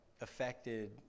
affected